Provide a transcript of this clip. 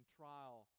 trial